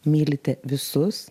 mylite visus